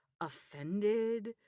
offended